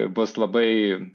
bus labai